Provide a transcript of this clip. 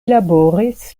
laboris